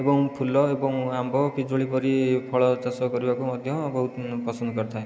ଏବଂ ଫୁଲ ଏବଂ ଆମ୍ବ ପିଜୁଳି ପରି ଫଳ ଚାଷ କରିବାକୁ ମଧ୍ୟ ବହୁତ ପସନ୍ଦ କରିଥାଏ